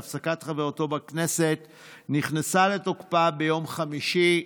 שהפסקת חברותו בכנסת נכנסה לתוקפה ביום חמישי,